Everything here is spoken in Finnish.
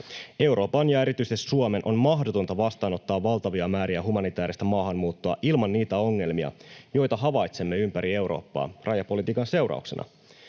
Euroopan ja erityisesti Suomen on mahdotonta vastaanottaa valtavia määriä humanitääristä maahanmuuttoa ilman niitä ongelmia, joita havaitsemme ympäri Eurooppaa rajapolitiikan seurauksena.